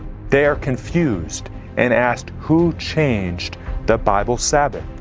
they are confused and ask, who changed the bible sabbath?